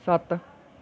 ਸੱਤ